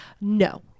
No